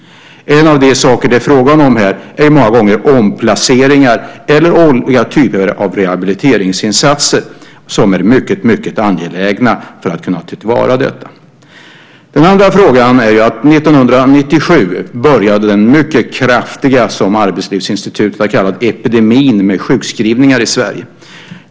Det som det många gånger är fråga om här är omplaceringar eller rehabiliteringsinsatser, vilket är mycket angeläget i detta sammanhang. För det andra: 1997 började den mycket kraftiga epidemin, som Arbetslivsinstitutet har kallat det, med sjukskrivningar i Sverige.